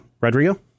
Rodrigo